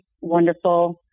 wonderful